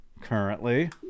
currently